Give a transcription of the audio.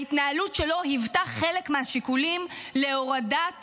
ההתנהלות שלו היוותה חלק מהשיקולים להורדת